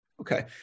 Okay